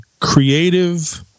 creative